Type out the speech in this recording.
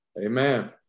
Amen